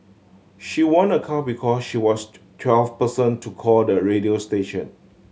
she won a car because she was the twelfth person to call the radio station